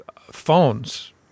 phones